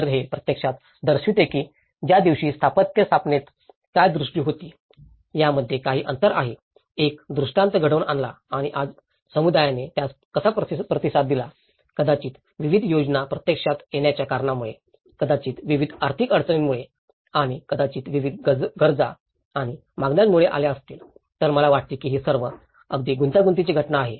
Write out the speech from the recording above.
तर हे प्रत्यक्षात दर्शवते की त्या दिवशी स्थापत्य स्थापनेत काय दृष्टी होती यामध्ये काही अंतर आहे एक दृष्टान्त घडवून आणला आणि आज समुदायाने त्यास कसा प्रतिसाद दिला कदाचित विविध योजना प्रत्यक्षात येण्याच्या कारणामुळे कदाचित विविध आर्थिक अडचणींमुळे आणि कदाचित विविध गरजा आणि मागण्यांमुळे आल्या असतील तर मला वाटते की ही सर्व अगदी गुंतागुंतीची घटना आहे